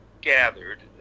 gathered